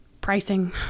Pricing